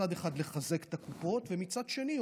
מצד אחד לחזק את הקופות ומצד שני,